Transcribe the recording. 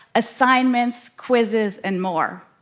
assignments, quizzes, and more.